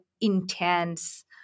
intense